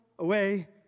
away